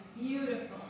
beautiful